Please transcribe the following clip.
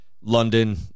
London